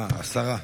עשרה.